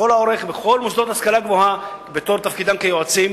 לכל האורך בכל מוסדות ההשכלה הגבוהה בתפקידם כיועצים,